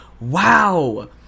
wow